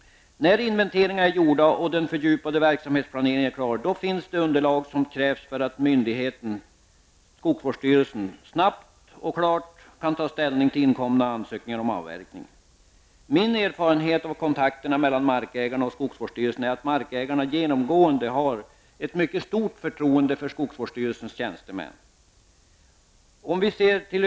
När inventeringar är gjorda och den fördjupade verksamhetsplaneringen är klar finns det underlag som krävs för att myndigheten, skogsvårdsstyrelsen, snabbt och klart skall kunna ta ställning till inkomna ansökningar om avverkning. Min erfarenhet av kontakterna mellan markägarna och skogsvårdsstyrelsen är att markägarna genomgående har ett mycket stort förtroende för skogsvårdsstyrelsens tjänstemän.